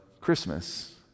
Christmas